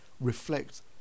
reflect